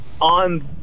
on